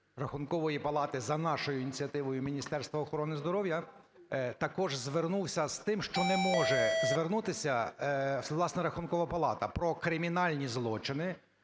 Рахункової палати за нашою ініціативою Міністерства охорони здоров'я також звернувся з тим, що не може звернутися, власне, Рахункова палата: про кримінальні злочини